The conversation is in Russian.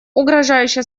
угрожающе